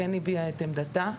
כן הביעה את עמדתה.